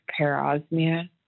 parosmia